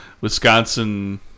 Wisconsin